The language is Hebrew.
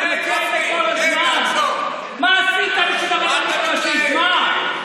מה עשית בשביל הרבנות הראשית, מה?